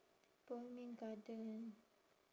bohemian garden